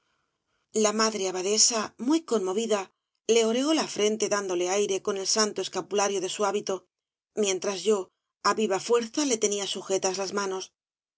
la madre abadesa muy conmovida le oreó la frente dándole aire con el santo escapulario de su hábito mientras yo aviva fuerza le tenía sujetas las manos